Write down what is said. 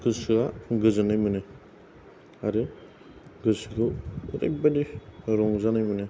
गोसोआ गोजोननाय मोनो आरो गोसोखौ ओरैबादि रंजानाय मोनो